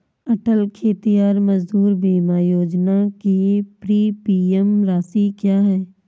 अटल खेतिहर मजदूर बीमा योजना की प्रीमियम राशि क्या है?